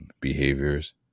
behaviors